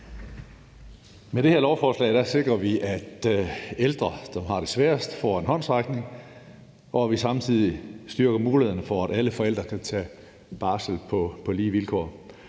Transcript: Med det her lovforslag sikrer vi, at ældre, som har det sværest, får en håndsrækning, og at vi samtidig styrker mulighederne for, at alle forældre kan tage barsel på lige vilkår.